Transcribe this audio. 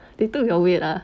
they took your weight ah